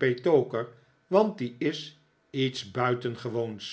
petowker want die is iets buitengewoons